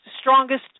strongest